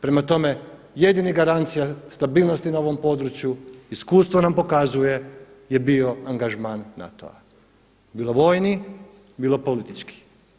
Prema tome, jedina garancija stabilnosti na ovom području, iskustvo nam pokazuje je bio angažman NATO-a bilo vojni bilo politički.